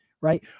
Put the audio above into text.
right